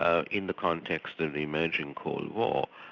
ah in the context of the emerging cold war,